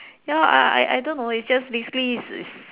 ya I I I don't know it's just basically it's it's